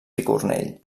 picornell